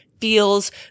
feels